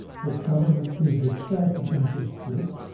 that government is itself an interest group,